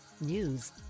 News